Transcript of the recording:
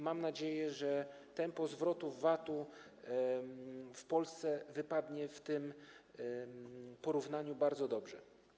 Mam nadzieję, że tempo zwrotów VAT-u w Polsce wypadnie w tym porównaniu bardzo dobrze.